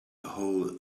hole